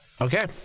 Okay